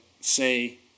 say